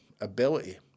ability